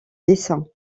dessin